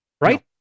Right